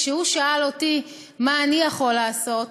כשהוא שאל אותי: מה אני יכול לעשות?